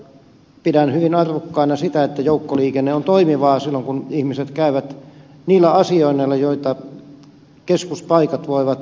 pidän hyvin arvokkaana sitä että joukkoliikenne on toimivaa silloin kun ihmiset käyvät niillä asioinneilla joita keskuspaikat voivat tarjota